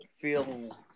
feel